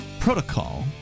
protocol